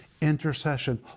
intercession